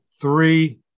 three